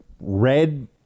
red